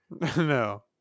No